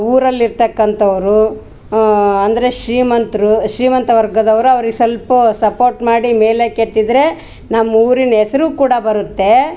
ಊರಲ್ಲಿರ್ತಕಂಥವ್ರು ಅಂದರೆ ಶ್ರೀಮಂತರು ಶ್ರೀಮಂತ ವರ್ಗದವರು ಅವ್ರಿಗೆ ಸ್ವಲ್ಪ ಸಪೋರ್ಟ್ ಮಾಡಿ ಮೇಲಕ್ಕೆ ಎತ್ತಿದ್ದರೆ ನಮ್ಮೂರಿನ ಹೆಸರು ಕೂಡ ಬರತ್ತೆ